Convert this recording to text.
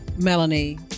melanie